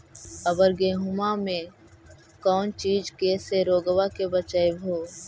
अबर गेहुमा मे कौन चीज के से रोग्बा के बचयभो?